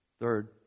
Third